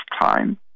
time